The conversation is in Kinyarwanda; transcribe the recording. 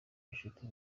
ubucuti